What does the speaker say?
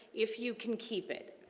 if you can keep it.